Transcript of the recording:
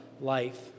life